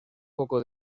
poco